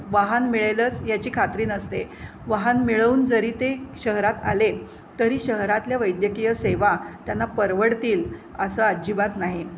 वाहन मिळेलच याची खात्री नसते वाहन मिळवून जरी ते शहरात आले तरी शहरातल्या वैद्यकीय सेवा त्यांना परवडतील असं अजिबात नाही